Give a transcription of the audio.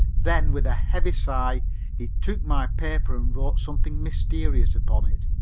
then with a heavy sigh he took my paper and wrote something mysterious upon it.